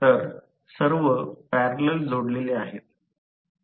तर सर्व पॅरलल जोडलेले आहेत